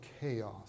chaos